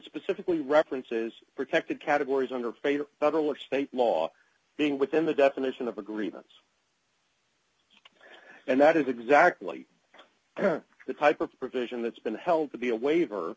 specifically references protected categories under favor federal or state law being within the definition of agreements and that is exactly the type of provision that's been held to be a waiver